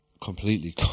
completely